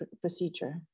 procedure